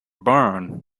born